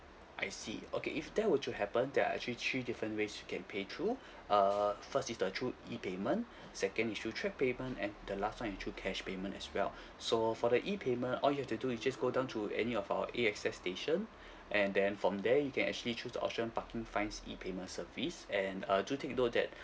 I see okay if that were to happen there are actually three different ways you can pay through err first is the through E payment second is through cheque payment and the last one is through cash payment as well so for the E payment all you have to do is just go down to any of our A_X_S station and then from there you can actually choose the option parking fines E payment service and uh do take note that